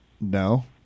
No